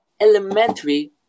elementary